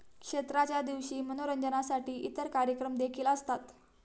क्षेत्राच्या दिवशी मनोरंजनासाठी इतर कार्यक्रम देखील असतात